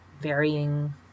varying